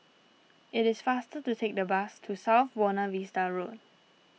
it is faster to take the bus to South Buona Vista Road